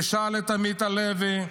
תשאל את עמית הלוי,